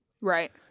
right